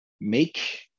make